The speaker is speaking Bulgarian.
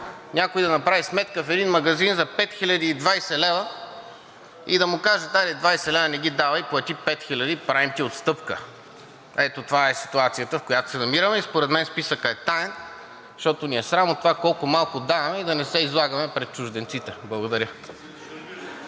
някой да направи сметка в един магазин за 5020 лв. и да му кажат: „Хайде, 20 лв. не ги давай, плати 5000, правим ти отстъпка.“ Ето това е ситуацията, в която се намираме, и според мен списъкът е таен, защото ни е срам от това колко малко даваме и да не се излагаме пред чужденците. Благодаря.